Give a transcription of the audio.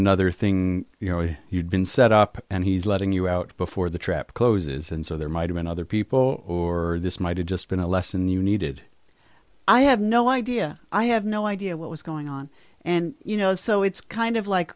another thing you know if you'd been set up and he's letting you out before the trap closes and so there might have been other people or this might have just been a lesson you needed i have no idea i have no idea what was going on and you know so it's kind of like